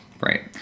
Right